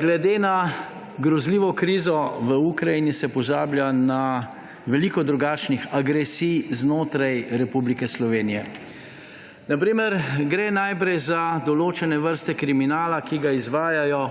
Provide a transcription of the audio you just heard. Glede na grozljivo krizo v Ukrajini se pozablja na veliko drugačnih agresij znotraj Republike Slovenije. Na primer, gre najprej za določene vrste kriminala, ki ga izvajajo